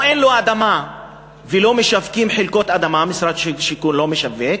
או שאין לו אדמה ולא משווקים חלקות אדמה משרד השיכון לא משווק,